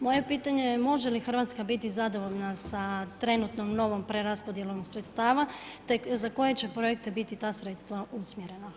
Moje pitanje je može li RH biti zadovoljna sa trenutnom novom preraspodjelom sredstava, te za koje će projekte biti ta sredstva usmjerena.